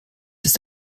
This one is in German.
ist